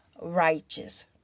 righteous